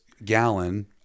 gallon